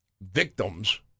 victims